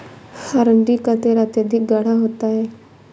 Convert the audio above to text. अरंडी का तेल अत्यधिक गाढ़ा होता है